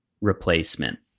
replacement